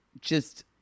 just-